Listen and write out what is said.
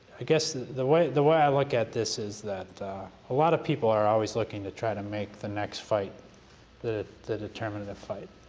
i guess the way the way i look at this is that a lot of people are always looking to try to make the next fight the the determinative fight.